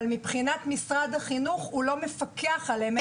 אבל משרד החינוך לא מפקח עליהן.